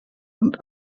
und